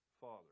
father